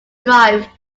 drive